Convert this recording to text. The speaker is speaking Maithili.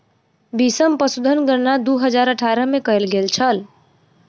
बीसम पशुधन गणना दू हजार अठारह में कएल गेल छल